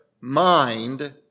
mind